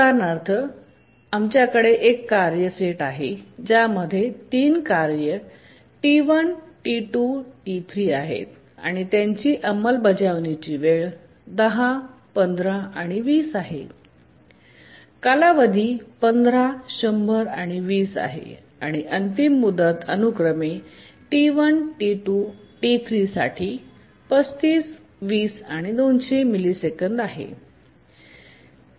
उदाहरणार्थ आमच्याकडे एक कार्य सेट आहे ज्यामध्ये 3 कार्ये T1T2T3 आहेत आणि त्यांची अंमलबजावणी वेळ 10 15 20 आहे कालावधी 1510020 आहे आणि अंतिम मुदत अनुक्रमे T1T2T3 साठी 3520200 मिली सेकंद आहे